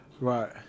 Right